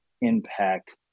impact